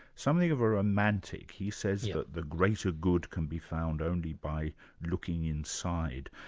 something of a romantic. he says that the greater good can be found only by looking inside.